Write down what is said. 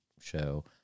show